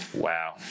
Wow